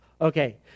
Okay